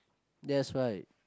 that's right